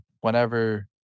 whenever